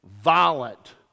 violent